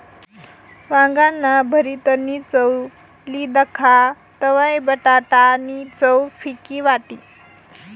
वांगाना भरीतनी चव ली दखा तवयं बटाटा नी चव फिकी वाटी